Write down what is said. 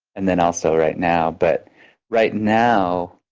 and then also right now. but right now,